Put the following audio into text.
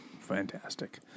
fantastic